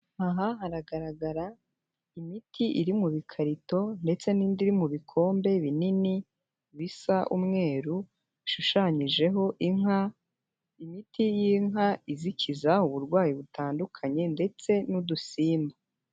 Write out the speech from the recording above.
Aha haragaragara, imiti iri mu bikarito ndetse n'indi iri mu bikombe binini, bisa umweru, bishushanyijeho inka, imiti y'inka izikiza uburwayi butandukanye ndetse n'udusimba.